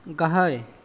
गाहाय